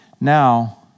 Now